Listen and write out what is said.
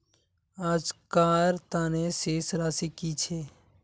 आजकार तने शेष राशि कि छे?